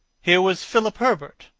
here was philip herbert,